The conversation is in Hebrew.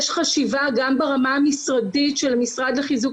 יש חשיבה גם ברמה המשרדית של המשרד לחיזוק